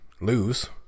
lose